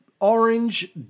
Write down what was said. Orange